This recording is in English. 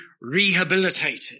rehabilitated